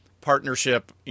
partnership